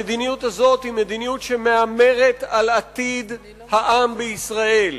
המדיניות הזאת היא מדיניות שמהמרת על עתיד העם בישראל.